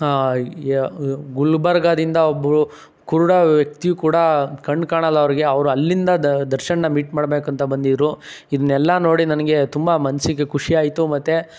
ಗುಲ್ಬರ್ಗದಿಂದ ಒಬ್ಬರು ಕುರುಡ ವ್ಯಕ್ತಿಯು ಕೂಡ ಕಣ್ಣುಕಾಣಲ್ಲ ಅವ್ರಿಗೆ ಅವರು ಅಲ್ಲಿಂದ ದ ದರ್ಶನ್ನ ಮೀಟ್ ಮಾಡ್ಬೇಕಂತ ಬಂದಿದ್ದರು ಇದನ್ನೆಲ್ಲ ನೋಡಿ ನನಗೆ ತುಂಬ ಮನಸ್ಸಿಗೆ ಖುಷಿಯಾಯ್ತು ಮತ್ತೆ